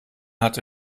hatte